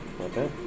Okay